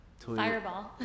Fireball